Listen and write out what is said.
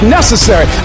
necessary